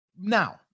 Now